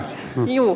juu